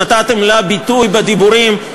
שנתתם לה ביטוי בדיבורים,